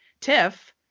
Tiff